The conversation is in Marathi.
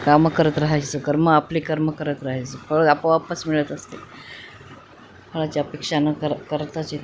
कामं करत राहायचं कर्म आपले कर्म करत राहायचं फळ आपोआपच मिळत असते फळाची अपेक्षा न कर करताचये